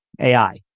AI